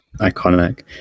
iconic